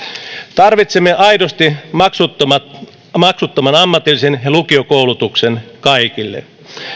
tarvitsemme aidosti maksuttoman maksuttoman ammatillisen ja lukiokoulutuksen kaikille